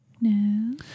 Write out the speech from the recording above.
No